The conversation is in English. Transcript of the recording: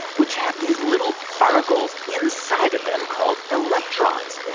which have these little particles inside of them called electrons.